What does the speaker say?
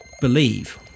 believe